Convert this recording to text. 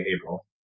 April